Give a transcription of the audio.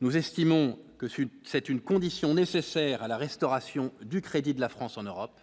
nous estimons que Sud c'est une condition nécessaire à la restauration du crédit de la France en Europe,